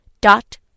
dot